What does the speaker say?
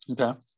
Okay